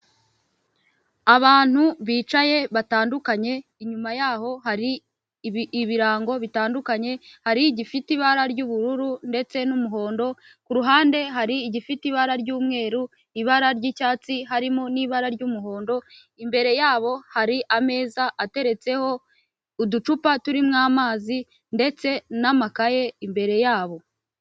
Abantu bicaye batandukanye, inyuma yaho hari ibirango bitandukanye, ari gifite ibara ry'ubururu ndetse n'umuhondo, ku ruhande hari igifite ibara ry'umweru, ibara ry'icyatsi, harimo n'ibara ry'umuhondo, imbere yabo hari ameza ateretseho uducupa turimo amazi ndetse n'amakaye imbere yabo.